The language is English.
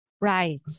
Right